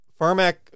Pharmac